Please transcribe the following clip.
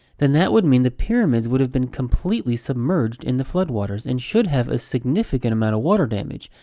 then that would mean the pyramids would have been completely submerged in the flood waters and should have a significant amount of water damage.